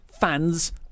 fans